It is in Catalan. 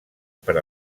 per